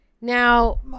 Now